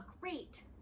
great